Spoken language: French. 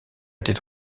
était